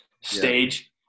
stage